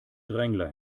drängler